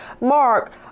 Mark